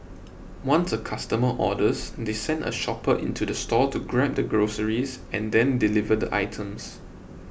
once a customer orders they send a shopper into the store to grab the groceries and then deliver the items